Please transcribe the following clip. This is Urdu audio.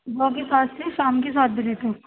صُبح کے سات سے شام کے سات بجے تک